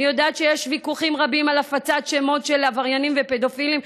אני יודעת שיש ויכוחים רבים על הפצת שמות של עבריינים ופדופילים,